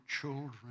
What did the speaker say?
children